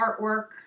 artwork